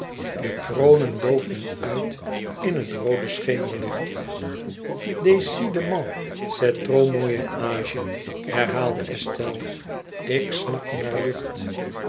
de kronen doofden uit in het roode schemerlicht décidément c'est trop moyen âge herhaalde estelle ik snak naar lucht